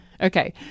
Okay